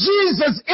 Jesus